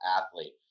athlete